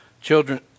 children